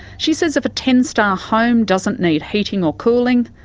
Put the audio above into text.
she says if a ten star home doesn't need heating or cooling,